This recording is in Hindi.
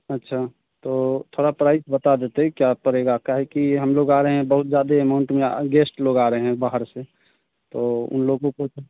अच्छा तो थोड़ा प्राइस बता देते क्या पड़ेगा क्या है कि हम लोग आ रहें हैं बहुत ज़्यादा एमाउंट में आ गेस्ट लोग आ रहें बाहर से तो उन लोगों को